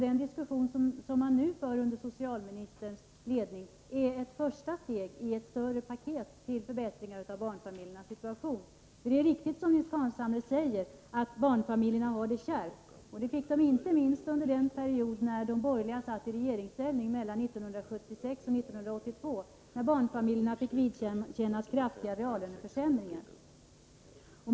Den diskussion som nu förs under socialministerns ledning är ett första steg i ett större paket med förbättringar av barnfamiljernas situation. Det är riktigt, som Nils Carlshamre säger, att barnfamiljerna har det kärvt. Det fick de inte minst under den period när de borgerliga satt i regeringsställning, mellan 1976 och 1982, när barnfamiljerna fick vidkännas kraftiga reallöneförsämringar.